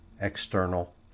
external